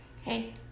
hey